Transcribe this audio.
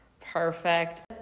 perfect